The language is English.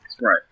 right